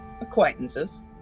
acquaintances